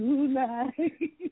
Tonight